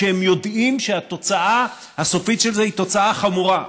כשהם יודעים שהתוצאה הסופית של זה היא תוצאה חמורה.